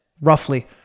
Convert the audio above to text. roughly